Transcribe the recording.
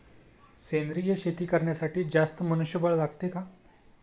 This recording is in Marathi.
सेंद्रिय शेती करण्यासाठी जास्त मनुष्यबळ लागते का?